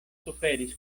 suferis